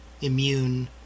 immune